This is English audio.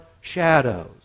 shadows